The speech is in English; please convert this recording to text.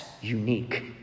unique